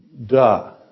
Duh